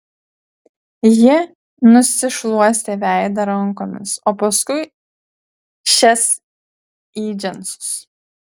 ji nusišluostė veidą rankomis o paskui šias į džinsus